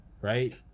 right